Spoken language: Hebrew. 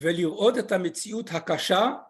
ולראות את המציאות הקשה